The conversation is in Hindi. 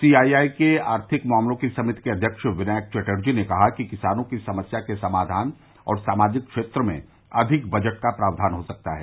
सी आई आई के आर्थिक मामलों की समिति के अध्यक्ष विनायक चटर्जी ने कहा कि किसानों की समस्या के समाधान और सामाजिक क्षेत्र में अधिक बजट का प्रावधान हो सकता है